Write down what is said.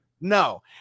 No